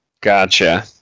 Gotcha